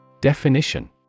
Definition